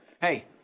Hey